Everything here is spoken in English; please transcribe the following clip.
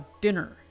dinner